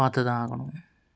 பார்த்து தான் ஆகணும்